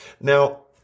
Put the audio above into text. Now